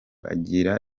agire